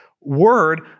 word